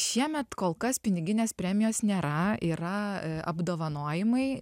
šiemet kol kas piniginės premijos nėra yra apdovanojimai